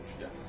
Yes